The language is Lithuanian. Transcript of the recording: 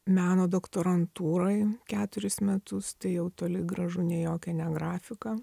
meno doktorantūroj keturis metus tai jau toli gražu ne jokia ne grafika